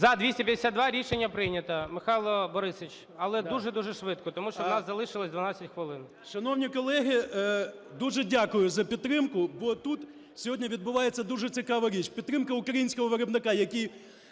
За-252 Рішення прийнято. Михайло Борисович, але дуже-дуже швидко, тому що у нас залишилось 12 хвилин.